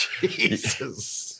Jesus